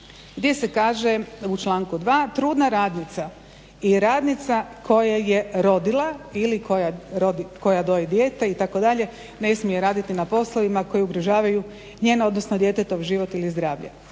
gdje se kaže u članku 2. "trudna radnica i radnica koja je rodila ili koja doji dijete" itd. "ne smije raditi na poslovima koji ugrožavaju njeno, odnosno djetetov život ili zdravlje.